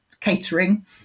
catering